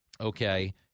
okay